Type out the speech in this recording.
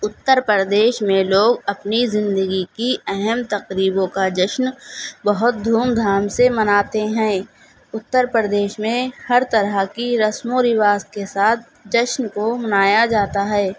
اتّر پردیش میں لوگ اپنی زندگی کی اہم تقریبوں کا جشن بہت دھوم دھام سے مناتے ہیں اتّر پردیش میں ہر طرح کی رسم و رواج کے ساتھ جشن کو منایا جاتا ہے